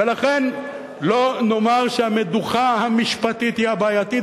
ולכן לא נאמר שהמדוכה המשפטית היא הבעייתית,